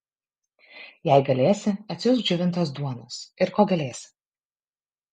jei galėsi atsiųsk džiovintos duonos ir ko galėsi